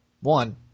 one